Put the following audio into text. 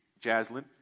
Jaslyn